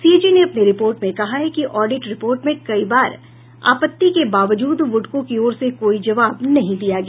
CAG ने अपने report में कहा है कि ऑडिट रिपोर्ट में कई बार आपत्ति के बावजूद बुड़को की ओर से कोई जवाब नहीं दिया गया